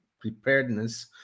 preparedness